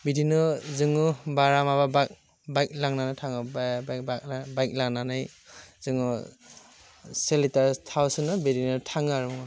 बेदिनो जोङो भारा माबा बाह बाइक लांनानै थाङो बाह बाइक बाह बाइक लानानै जोङो सेलिटार थाव सोनो बेदिनो थाङो आरो